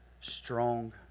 strong